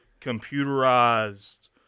computerized